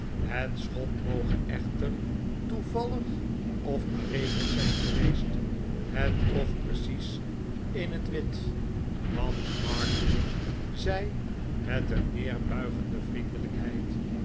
het schot moge echter toevallig of berekend zijn geweest het trof precies in het wit want martin zei met een neerbuigende vriendelijkheid